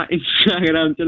Instagram